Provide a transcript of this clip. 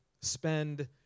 spend